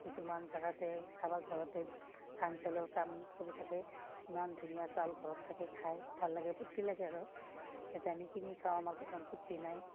কিছুমান জেগাতে কাৰোবাৰ ঘৰতে ধান চাউলৰ কাম কৰি থাকে ইমান ধুনীয়া চাউল ঘৰত থাকে খাই ভাল লাগে ফূৰ্তি লাগে আৰু এতিয়া আমি কিনি খাওঁ আমাৰ ফূৰ্তি নাই